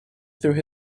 through